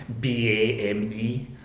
BAME